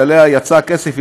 שעליה יצא הקצף,